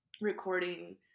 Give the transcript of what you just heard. recording